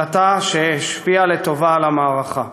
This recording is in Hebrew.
החלטה שהשפיעה לטובה על המערכה.